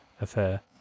affair